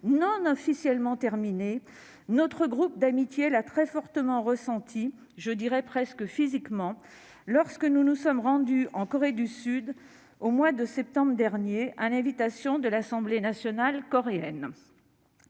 donc omniprésents ; notre groupe d'amitié l'a très fortement ressentie, presque physiquement, lorsque nous nous sommes rendus en Corée du Sud au mois de septembre dernier, à l'invitation de l'Assemblée nationale de